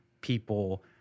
people